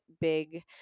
big